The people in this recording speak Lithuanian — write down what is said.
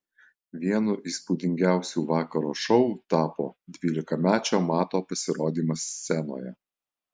vienu įspūdingiausių vakaro šou tapo dvylikamečio mato pasirodymas scenoje